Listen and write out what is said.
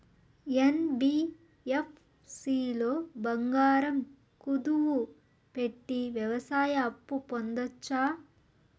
NBFC లో బంగారం కుదువు పెట్టి వ్యవసాయ అప్పు పొందొచ్చా?